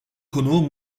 konuğu